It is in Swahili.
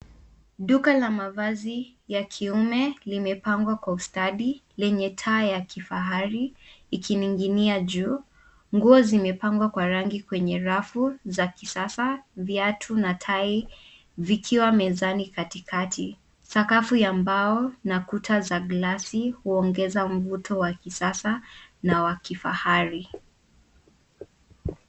Duka la mavazi ya kiume limepangwa kwa ustadi lenye taa ya kifahari ikining'inia juu. Nguo zimepangwa kwa rangi kwenye rafu za kisasa, viatu na tai vikiwa mezani katikati. Sakafu ya mbao na kuta za glasi huongeza mvuto wa kisasa na wa kifahari.